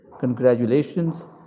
Congratulations